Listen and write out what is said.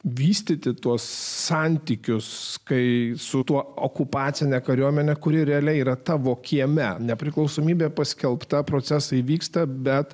vystyti tuos santykius kai su tuo okupacine kariuomene kuri realiai yra tavo kieme nepriklausomybė paskelbta procesai vyksta bet